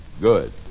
good